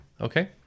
Okay